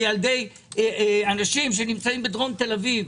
לילדי אנשים שנמצאים בדרום תל-אביב,